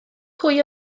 hwy